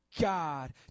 God